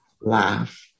laugh